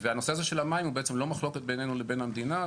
והנושא הזה של המים הוא בעצם לא מחלוקת בינינו לבין המדינה.